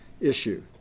issue